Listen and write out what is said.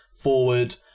forward